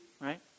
right